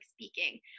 speaking